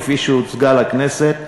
כפי שהוצגה לכנסת,